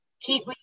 Keep